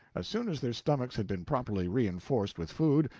as soon as their stomachs had been properly reinforced with food,